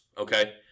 okay